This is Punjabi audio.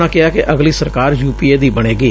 ਉਨ੍ਹਾਂ ਕਿਹਾ ਕਿ ਅਗਲੀ ਸਰਕਾਰ ਯੂਪੀਏ ਦੀ ਬਣੇਗੀ